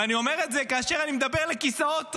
ואני אומר את זה כאשר אני מדבר לכיסאות ריקים.